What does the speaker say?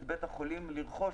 את בית החולים לרכוש,